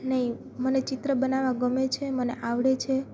નહીં મને ચિત્ર બનાવવા ગમે છે મને આવડે છે